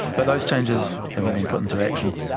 but those changes haven't been put into action.